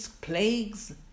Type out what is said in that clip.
plagues